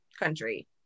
country